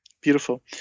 Beautiful